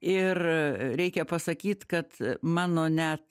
ir reikia pasakyt kad mano net